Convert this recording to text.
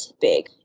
big